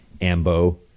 Ambo